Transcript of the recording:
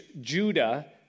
Judah